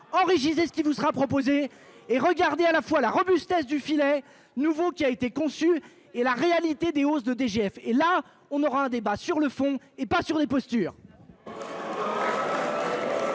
Henri gisait ce qui vous sera proposé et regarder à la fois la robustesse du filet nouveau qui a été conçu et la réalité de hausse de DGF et là on aura un débat sur le fond et pas sur des postures.